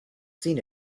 seen